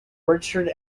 registered